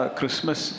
Christmas